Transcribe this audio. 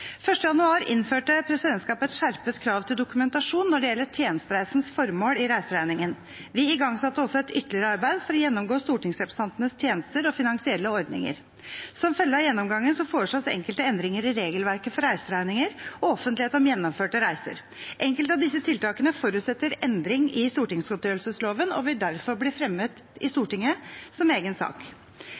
januar innførte presidentskapet et skjerpet krav til dokumentasjon når det gjelder tjenestereisens formål, i reiseregningen. Vi igangsatte også et ytterligere arbeid for å gjennomgå stortingsrepresentantenes tjenester og finansielle ordninger. Som følge av gjennomgangen foreslås enkelte endringer i regelverket for reiseregninger og offentlighet om gjennomførte reiser. Enkelte av disse tiltakene forutsetter endring i stortingsgodtgjørelsesloven og vil derfor bli fremmet i Stortinget som egen sak.